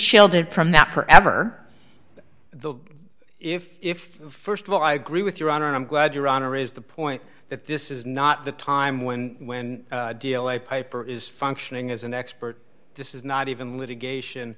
sheltered from that forever the if if st of all i agree with your honor and i'm glad your honor is the point that this is not the time when when deal i pipe or is functioning as an expert this is not even litigation